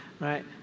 right